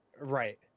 Right